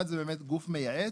אחד זה באמת גוף מייעץ.